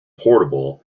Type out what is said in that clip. portable